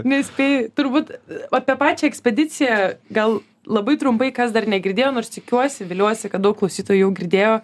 nespėji turbūt apie pačią ekspediciją gal labai trumpai kas dar negirdėjo nors tikiuosi viliuosi kad daug klausytojų jau girdėjo